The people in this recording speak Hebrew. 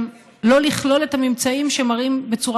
גם לא לכלול את הממצאים שמראים בצורה